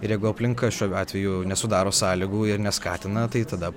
ir jeigu aplinka šiuo atveju nesudaro sąlygų ir neskatina tai tada